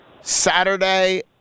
Saturday